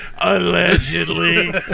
Allegedly